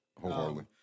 wholeheartedly